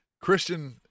Christian